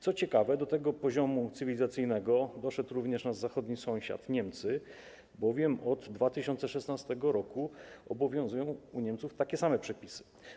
Co ciekawe, do tego poziomu cywilizacyjnego doszedł również nasz zachodni sąsiad, Niemcy, bowiem od 2016 r. obowiązują w Niemczech takie same przepisy.